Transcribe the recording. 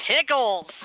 pickles